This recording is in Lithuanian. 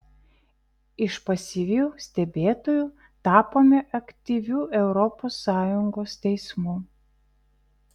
iš pasyvių stebėtojų tapome aktyviu europos sąjungos teismu